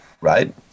Right